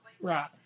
Right